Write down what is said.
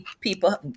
people